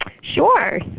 sure